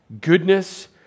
goodness